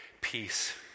peace